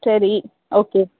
சரி ஓகே